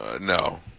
no